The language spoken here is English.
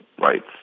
rights